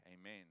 amen